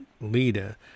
leader